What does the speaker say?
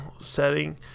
setting